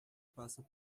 passam